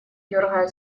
дергая